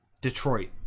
Detroit